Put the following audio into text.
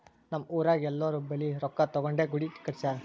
ನಮ್ ಊರಾಗ್ ಎಲ್ಲೋರ್ ಬಲ್ಲಿ ರೊಕ್ಕಾ ತಗೊಂಡೇ ಗುಡಿ ಕಟ್ಸ್ಯಾರ್